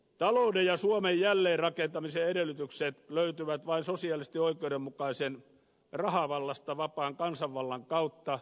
talouden ja suomen jälleenrakentamisen edellytykset löytyvät vain sosiaalisesti oikeudenmukaisen rahavallasta vapaan kansanvallan kautta